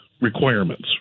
requirements